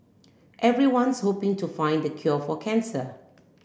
everyone's hoping to find the cure for cancer